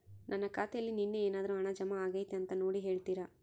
ನನ್ನ ಖಾತೆಯಲ್ಲಿ ನಿನ್ನೆ ಏನಾದರೂ ಹಣ ಜಮಾ ಆಗೈತಾ ಅಂತ ನೋಡಿ ಹೇಳ್ತೇರಾ?